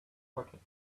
pocket